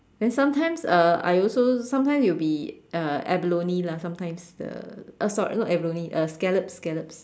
then sometimes uh I also sometime it'll be uh abalone lah sometimes the uh sorry not abalone scallops scallops